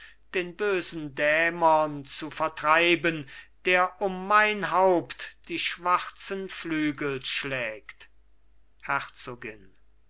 den bösen dämon zu vertreiben der um mein haupt die schwarzen flügel schlägt herzogin